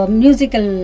musical